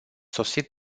sosit